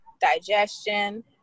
digestion